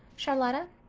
charlotta,